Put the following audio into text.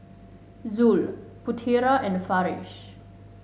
Zul Putera and Farish